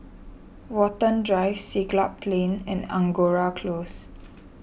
Watten Drive Siglap Plain and Angora Close